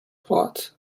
pot